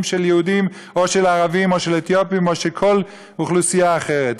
של יהודים או של ערבים או של אתיופים או של כל אוכלוסייה אחרת.